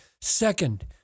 Second